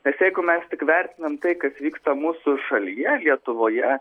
nes jeigu mes tik vertinam tai kas vyksta mūsų šalyje lietuvoje